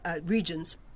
regions